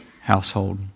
household